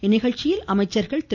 இந்நிகழ்ச்சியில அமைச்சர்கள் திரு